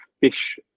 fish